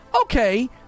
Okay